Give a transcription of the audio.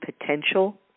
potential